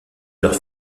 leur